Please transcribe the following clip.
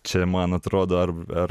čia man atrodo ar ar